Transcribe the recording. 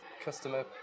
customer